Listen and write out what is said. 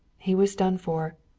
he was done for.